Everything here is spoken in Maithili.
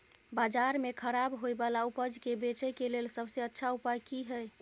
बाजार में खराब होय वाला उपज के बेचय के लेल सबसे अच्छा उपाय की हय?